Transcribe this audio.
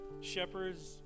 shepherds